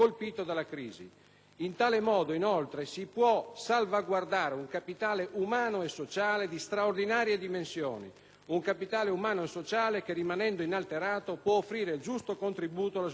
In tal modo, inoltre, si può salvaguardare un capitale umano e sociale di straordinarie dimensioni, un capitale che, rimanendo inalterato, può offrire il giusto contributo allo sviluppo del Paese.